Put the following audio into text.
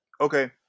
okay